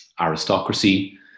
aristocracy